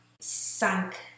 sunk